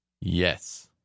Yes